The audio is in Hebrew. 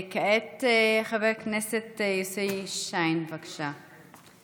כעת חבר כנסת יוסי שיין, בבקשה.